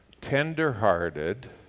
tenderhearted